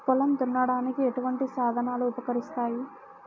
పొలం దున్నడానికి ఎటువంటి సాధనలు ఉపకరిస్తాయి?